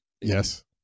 yes